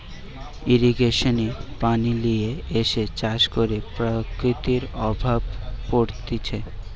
irrigation এ পানি লিয়ে এসে চাষ করে প্রকৃতির প্রভাব পড়তিছে